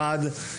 אחד,